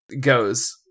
goes